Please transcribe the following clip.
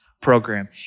program